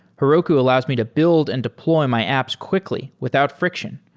heroku allows me to build and deploy my apps quickly without friction.